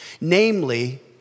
Namely